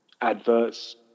adverts